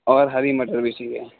ہری مٹر بھی چاہیے